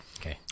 Okay